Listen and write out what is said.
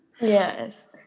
Yes